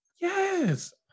Yes